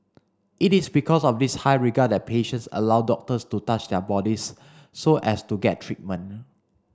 it is because of this high regard that patients allow doctors to touch their bodies so as to get treatment